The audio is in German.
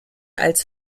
als